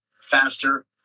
faster